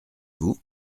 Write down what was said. vous